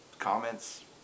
comments